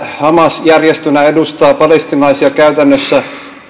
hamas järjestönä edustaa palestiinalaisia käytännössä